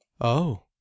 Oh